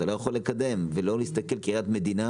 אתה לא יכול לקדם בראייה של המדינה.